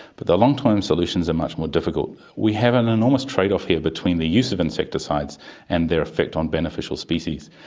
but the long-term solutions are much more difficult. we have an enormous trade-off here between the use of insecticides and their effect on beneficial species.